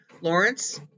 Lawrence